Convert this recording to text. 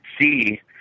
see